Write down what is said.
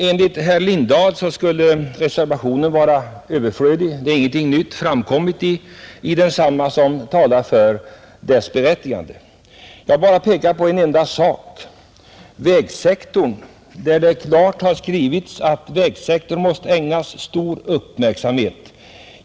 Enligt herr Lindahl skulle reservationen vara överflödig, eftersom det inte har framkommit någonting i den som talar för dess berättigande, Då vill jag bara peka på en enda sak, nämligen vad som står i utskottets utlåtande på s. 12, där vi i reservationen bl.a. säger följande: ”Vägsektorn måste ägnas stor uppmärksamhet.